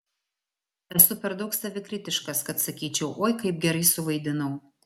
esu per daug savikritiškas kad sakyčiau oi kaip gerai suvaidinau